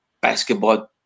basketball